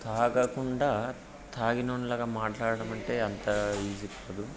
త్రాగకుండా త్రాగినోడి లాగా మాట్లాడటం అంటే అంత ఈజీ కాదు